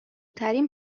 ترین